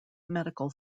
medical